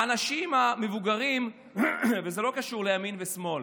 האנשים המבוגרים, וזה לא קשור לימין ושמאל,